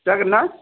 जागोनना